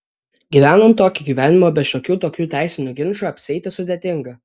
gyvenant tokį gyvenimą be šiokių tokių teisinių ginčų apsieiti sudėtinga